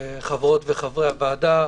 חברות וחברי הוועדה,